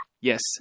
Yes